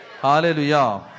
Hallelujah